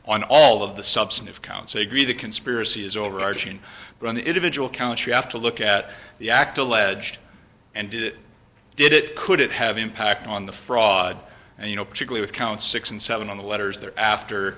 on all of the substantive counts a greedy conspiracy is overarching but on the individual counts you have to look at the act alleged and did it did it could it have impact on the fraud and you know particular count six and seven on the letters there after